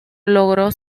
logró